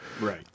Right